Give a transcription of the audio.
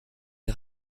les